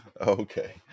okay